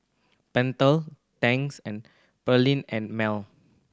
Pentel Tangs and Perllini and Mel